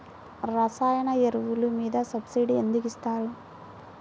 రసాయన ఎరువులు మీద సబ్సిడీ ఎందుకు ఇస్తారు?